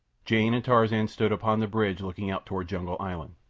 jane and tarzan stood upon the bridge looking out toward jungle island.